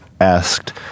asked